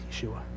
Yeshua